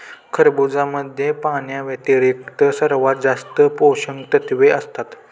खरबुजामध्ये पाण्याव्यतिरिक्त सर्वात जास्त पोषकतत्वे असतात